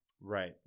right